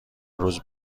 روز